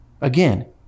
again